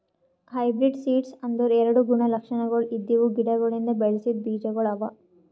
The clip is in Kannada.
ಹೈಬ್ರಿಡ್ ಸೀಡ್ಸ್ ಅಂದುರ್ ಎರಡು ಗುಣ ಲಕ್ಷಣಗೊಳ್ ಇದ್ದಿವು ಗಿಡಗೊಳಿಂದ್ ಬೆಳಸಿದ್ ಬೀಜಗೊಳ್ ಅವಾ